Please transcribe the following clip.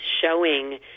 showing